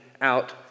out